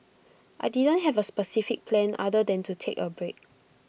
I didn't have A specific plan other than to take A break